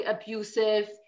abusive